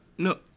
No